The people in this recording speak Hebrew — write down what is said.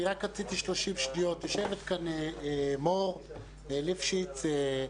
יושבת כאן מור ליפשיץ.